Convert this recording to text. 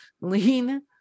lean